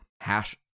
hash